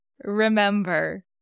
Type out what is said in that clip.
Remember